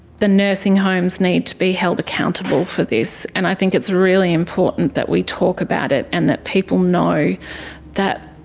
the nursing homes need to be held accountable for this and i think it's really important that we talk about it and that people know that